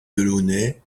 delaunay